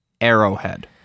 Arrowhead